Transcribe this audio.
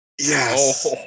Yes